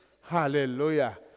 Hallelujah